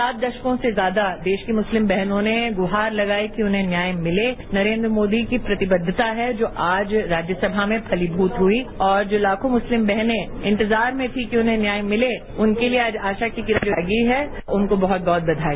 सात दशक से ज्यादा देश की मुस्लिम बहनों ने गृहार लगाई कि उन्हें न्याय मिले नरेन्द्र मोदी की प्रतिबद्धता है जो आज राज्यसभा में फतीयूत हुई और जो लाखों मुस्लिम बहने इंतजार में थी कि उन्हें न्याय मिले उनके लिए आज आशा की किरण जागी है उनको बहुत बहुत बधाई